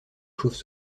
chauves